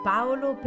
Paolo